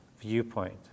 viewpoint